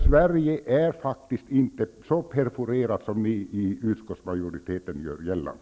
Sverige är faktiskt inte så perforerat som utskottsmajoriteten gör gällande.